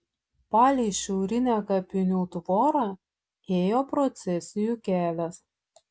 palei šiaurinę kapinių tvorą ėjo procesijų kelias